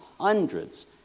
hundreds